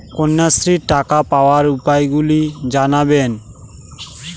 কন্যাশ্রীর টাকা পাওয়ার উপায়গুলি জানাবেন?